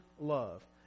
love